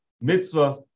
mitzvah